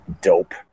Dope